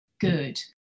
Good